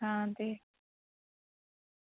हां ते